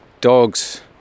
dogs